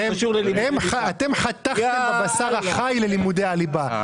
אתם חתכתם בבשר החי ללימודי הליבה,